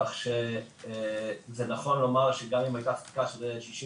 כך שזה נכון לומר שגם אם הייתה ספיקה של 60